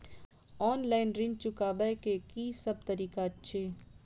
Online ऋण चुकाबै केँ की सब तरीका अछि?